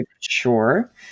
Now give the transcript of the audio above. sure